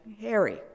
Harry